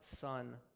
son